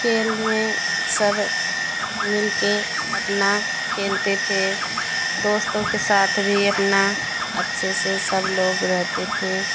खेल में सब मिलके अपना खेलते थे दोस्तों के साथ भी अपना अच्छे से सब लोग रहते थे